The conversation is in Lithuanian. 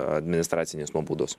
administracinės nuobaudos